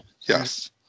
Yes